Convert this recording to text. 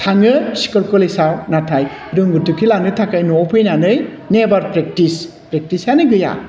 थाङो स्कुल कलेजाव नाथाय रोंगौथिखौ लानो थाखाय न'वाव फैनानै नेभार प्रेकटिस प्रेकटिसानो गैया